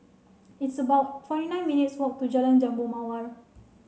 it's about forty nine minutes' walk to Jalan Jambu Mawar